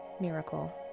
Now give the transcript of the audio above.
miracle